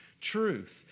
truth